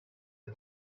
and